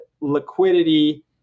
liquidity